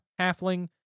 halfling